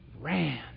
ran